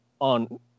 on